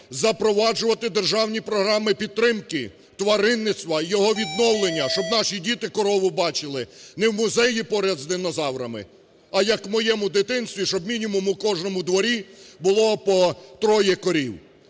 запроваджувати державні програми підтримки тваринництва і його відновлення, щоб наші діти корову бачили не в музеї поряд з динозаврами, а як в моєму дитинстві, щоб мінімум у кожному дворі було по троє корів.